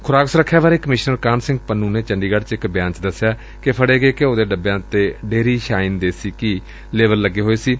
ਖੁਰਾਕ ਸੁਰੱਖਿਆ ਬਾਰੇ ਕਮਿਸ਼ਨਰ ਕਾਹਨ ਸਿੰਘ ਪੰਨੂ ਨੇ ਚੰਡੀਗੜ੍ ਚ ਇਕ ਬਿਆਨ ਚ ਦਸਿਆ ਕਿ ਫੜੇ ਗਏ ਘਿਉ ਦੇ ਡੱਬਿਆਂ ਤੇ ਡੇਅਰੀ ਸ਼ਾਈਨ ਦੇਸੀ ਘੀ ਦੇ ਲੇਬਲ ਲੱਗੇ ਹੋਏ ਸਨ